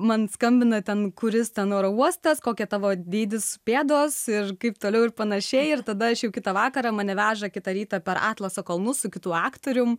man skambina ten kuris ten oro uostas kokia tavo dydis pėdos ir kaip toliau ir panašiai ir tada aš jau kitą vakarą mane veža kitą rytą per atlaso kalnus su kitu aktoriumi